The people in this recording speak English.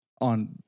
on